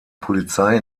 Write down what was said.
polizei